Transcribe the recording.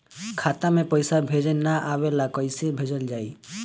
खाता में पईसा भेजे ना आवेला कईसे भेजल जाई?